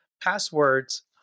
passwords